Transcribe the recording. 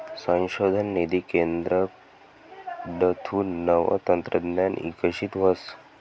संशोधन निधी केंद्रकडथून नवं तंत्रज्ञान इकशीत व्हस